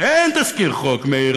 אין תזכיר חוק, מאיר.